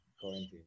quarantine